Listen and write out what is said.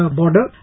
border